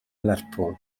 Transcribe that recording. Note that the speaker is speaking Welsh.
lerpwl